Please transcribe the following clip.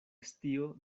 estío